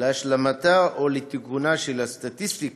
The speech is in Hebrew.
להשלמתה או לתיקונה של הסטטיסטיקה,